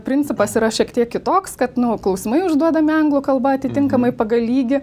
principas yra šiek tiek kitoks kad nu klausimai užduodami anglų kalba atitinkamai pagal lygį